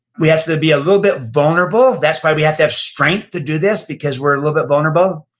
we have to be a little bit vulnerable. that's why we have to have strength to do this, because we're a little bit vulnerable.